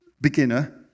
beginner